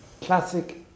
classic